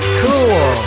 cool